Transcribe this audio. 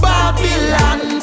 Babylon